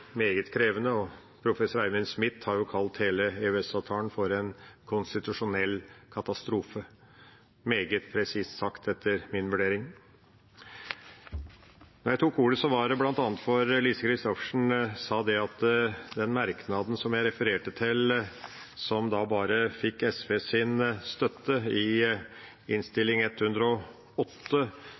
meget krevende. Professor Eivind Smith har kalt hele EØS-avtalen for en konstitusjonell katastrofe – meget presist sagt, etter min vurdering. Når jeg tok ordet, var det bl.a. fordi Lise Christoffersen sa at den merknaden som jeg refererte til som bare fikk SVs støtte i Innst. 108